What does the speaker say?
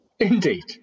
Indeed